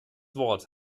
wort